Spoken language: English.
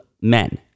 men